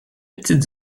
petites